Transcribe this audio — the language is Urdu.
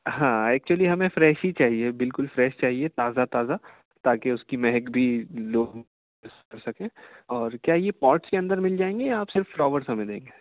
ہاں ایکچولی ہمیں فریش ہی چاہیے بالکل فریش چاہیے تازہ تازہ تاکہ اس کی مہک بھی لوگ سکیں اور کیا یہ پوٹس کے اندر مل جائیں گے یا آپ صرف فلاورس ہمیں دیں گے